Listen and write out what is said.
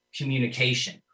communication